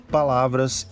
palavras